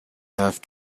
have